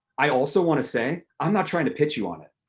i also wanna say i'm not trying to pitch you on it.